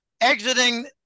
exiting